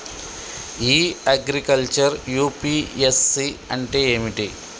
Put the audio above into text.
ఇ agriculture UPSC అంటే ఏమిటి?